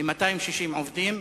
ל-260 עובדים.